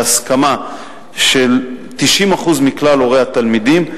בהסכמה של 90% מכלל הורי התלמידים,